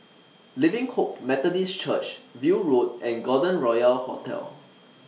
Living Hope Methodist Church View Road and Golden Royal Hotel